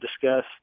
discuss